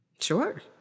Sure